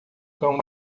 cão